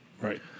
Right